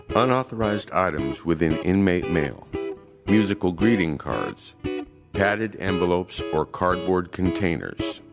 unauthorized items within inmate mail musical greeting cards padded envelopes or cardboard containers.